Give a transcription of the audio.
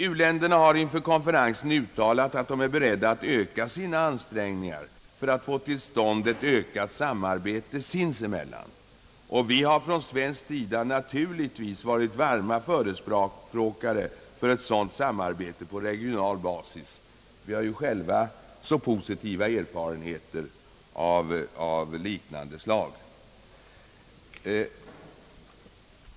U-länderna har inför konferensen uttalat att de är beredda att öka sina ansträngningar för att få till stånd ett ökat samarbete sinsemellan, och vi har från svensk sida naturligtvis varit varma förespråkare för ett sådant samarbete på regional basis. Vi har ju själva så po sitiva erfarenheter av liknande siag.